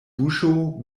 buŝo